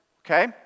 okay